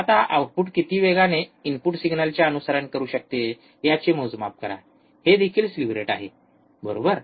आता आउटपुट किती वेगाने इनपुट सिग्नलचे अनुसरण करू शकते याचे मोजमाप करा हे देखील स्लीव्ह रेट आहे बरोबर